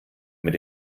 mit